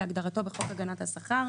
כהגדרתו בחוק הגנת השכר,